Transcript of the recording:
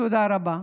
תודה רבה.